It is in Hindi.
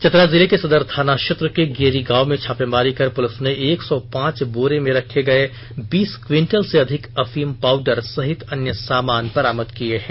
चतरा जिले के सदर थाना क्षेत्र के गेरी गांव में छापेमारी कर पुलिस ने एक सौ पांच बोरे में रखे गए बीस क्विंटल से अधिक अफीम पाउडर सहित अन्य सामान बरामद किये हैं